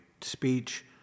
speech